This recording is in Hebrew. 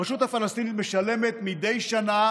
הרשות הפלסטינית משלמת מדי שנה